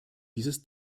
dieses